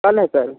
सब है सर